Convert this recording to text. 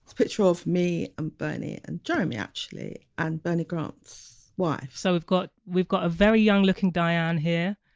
picture of me and bernie and jeremy actually and bernie grant's wife so we've got we've got a very young looking diane here,